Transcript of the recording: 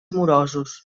amorosos